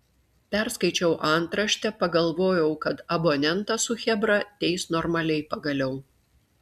perskaičiau antraštę pagalvojau kad abonentą su chebra teis normaliai pagaliau